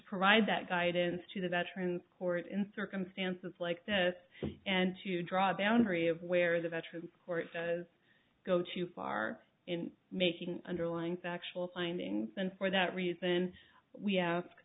provide that guidance to the veterans court in circumstances like this and to draw boundary of where the veteran court does go too far in making an underlying factual findings and for that reason we ask